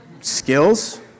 Skills